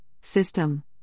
system